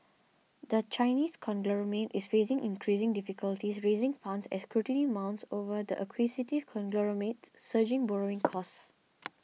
the Chinese conglomerate is facing increasing difficulties raising funds as scrutiny mounts over the acquisitive conglomerate's surging borrowing costs